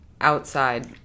outside